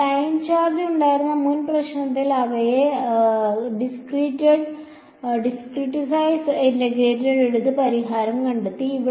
ഞങ്ങൾക്ക് line charge ഉണ്ടായിരുന്ന മുൻ പ്രശ്നത്തിൽ ഞങ്ങൾ അവയെ ഡിസ്ക്രിറ്റൈസ് ഇന്റഗ്രേറ്റഡ് എടുത്ത് പരിഹാരം കണ്ടെത്തി